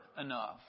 enough